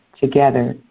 together